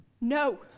No